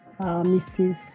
Mrs